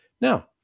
Now